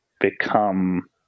become